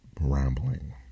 rambling